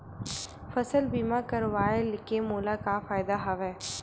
फसल बीमा करवाय के मोला का फ़ायदा हवय?